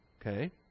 Okay